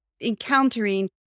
encountering